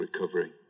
recovery